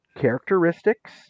characteristics